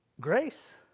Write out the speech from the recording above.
Grace